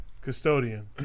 custodian